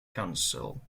council